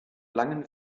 langen